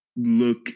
look